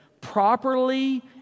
Properly